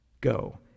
Go